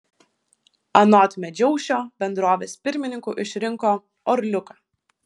anot medžiaušio bendrovės pirmininku išrinko orliuką